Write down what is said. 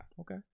okay